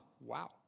Wow